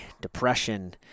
depression